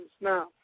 Now